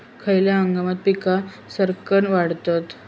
खयल्या हंगामात पीका सरक्कान वाढतत?